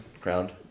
Crowned